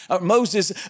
Moses